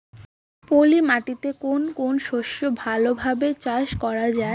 পলি মাটিতে কোন কোন শস্য ভালোভাবে চাষ করা য়ায়?